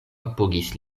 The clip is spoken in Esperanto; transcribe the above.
apogis